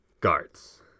guards